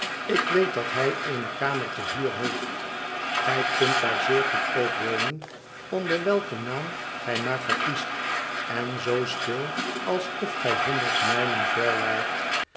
ik weet dat hij eene kamer te huur heeft gij kunt daar zeer goedkoop wonen onder welken naam gij maar verkiest en zoo stil alsof gij honderd mijlen ver waart